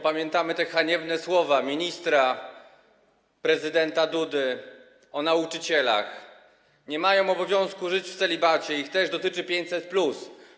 Pamiętamy te haniebne słowa ministra prezydenta Dudy o nauczycielach: nie mają obowiązku żyć w celibacie, ich też dotyczy 500+.